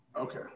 Okay